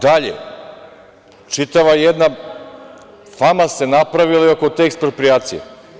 Dalje, čitava jedna fama se napravila oko te eksproprijacije.